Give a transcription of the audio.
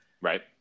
Right